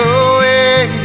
away